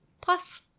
Plus